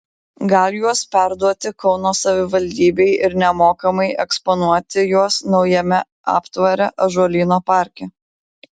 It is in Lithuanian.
gal juos perduoti kauno savivaldybei ir nemokamai eksponuoti juos naujame aptvare ąžuolyno parke